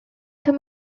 term